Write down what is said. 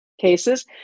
cases